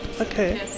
Okay